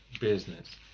business